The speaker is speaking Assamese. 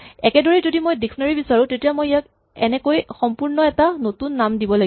একেদৰেই যদি মই ডিক্সনেৰী বিচাৰো তেতিয়া মই ইয়াক এনেকৈ সম্পূৰ্ণ এটা নতুন নাম দিব লাগিব